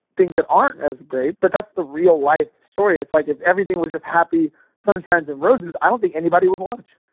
things that aren't as great. but that's the real life story. it's like, if everything was just happy sunshine and roses, i don't think anybody would watch,